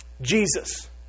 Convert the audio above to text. Jesus